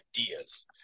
ideas